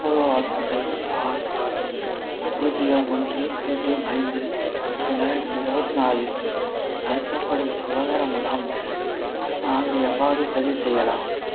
Apollo hospitals ஆல் பூஜ்யம் ஒன்று பூஜ்யம் ஐந்து ரெண்டாயிரத்தி இருபத்தி நாலில் நடத்தப்படும் சுகாதார முகாமுக்கு நான் எவ்வாறு பதிவு செய்யலாம்